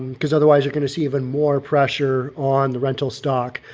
because otherwise you're going to see even more pressure on the rental stock.